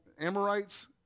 Amorites